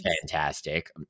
fantastic